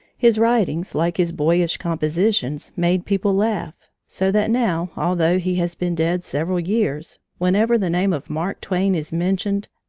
his writings, like his boyish compositions, made people laugh. so that now, although he has been dead several years, whenever the name of mark twain is mentioned,